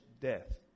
death